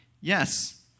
Yes